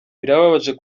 birababaje